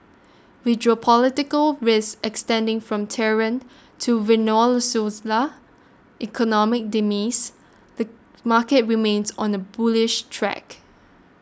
with geopolitical risk extending from Tehran to economic demise the market remains on a bullish track